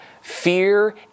fear